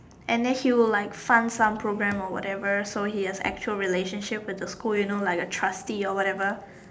and then he will like fund some program or what ever so he have actual relationship with the school you know like a trustee or what ever